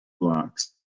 blocks